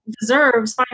deserves